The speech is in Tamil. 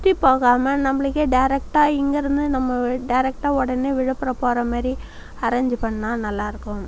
சுற்றி போகாமல் நம்மளுக்கே டைரக்ட்டாக இங்கேயிருந்து நம்ம டைரக்ட்டாக உடனே விழுப்புரம் போகிற மாதிரி அரேஞ்ச் பண்ணா நல்லாயிருக்கும்